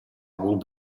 will